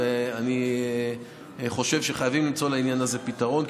ואני חושב שחייבים למצוא לעניין הזה פתרון,